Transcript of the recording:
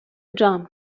جمع